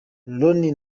ronnie